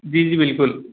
जी जी बिल्कुल